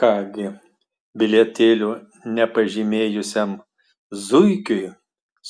ką gi bilietėlio nepasižymėjusiam zuikiui